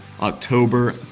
October